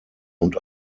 und